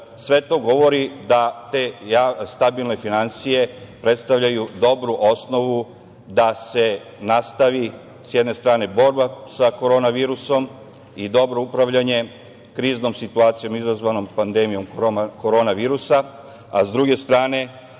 Sve to govori da te stabilne finansije predstavljaju dobru osnovu da se nastavi, s jedne strane, borba sa korona virusom i dobro upravljanje kriznom situacijom izazvanom pandemijom korona virusa, a s druge strane